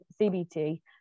CBT